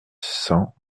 cent